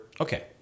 okay